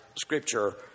scripture